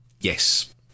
Yes